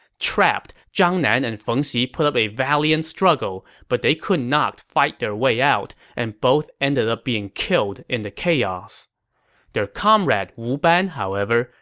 trapped, zhang nan and feng xi put up a valiant struggle, but they could not fight their way out and both ended up being killed in the chaos their comrade wu ban, however,